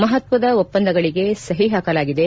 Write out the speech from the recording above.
ಮಪತ್ವದ ಒಪ್ಪಂದಗಳಿಗೆ ಸಹಿ ಹಾಕಲಾಗಿದೆ